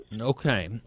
Okay